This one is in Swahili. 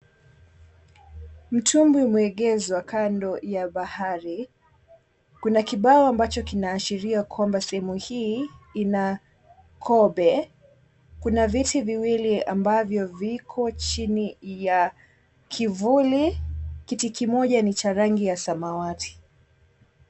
Mtumbwi umeegezwa kando ya bahari, kuna kibao ambacho kinaashiria kwamba sehemu hii ina kobe, kuna viti viwili ambavyo viko chini ya kivuli, kiti kimoja ni cha rangi ya samawati.